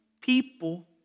people